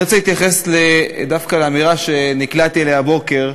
אני רוצה להתייחס דווקא לאמירה שנקלעתי אליה הבוקר,